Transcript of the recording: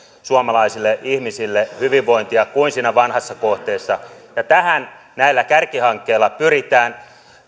suomalaisille ihmisille hyvinvointia kuin siinä vanhassa kohteessa tähän näillä kärkihankkeilla pyritään